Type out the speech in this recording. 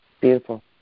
beautiful